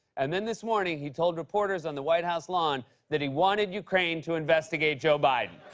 and then this morning, he told reporters on the white house lawn that he wanted ukraine to investigate joe biden.